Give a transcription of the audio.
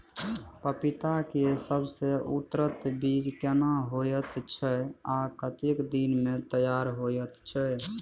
पपीता के सबसे उन्नत बीज केना होयत छै, आ कतेक दिन में तैयार होयत छै?